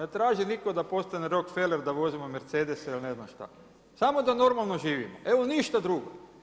Ne traži nitko da postane Rockefeller da vozimo Mercedese i ne znam šta, samo da normalno živimo, evo ništa drugo.